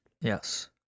Yes